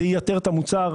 זה ייתר את המוצר.